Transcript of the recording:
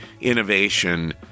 innovation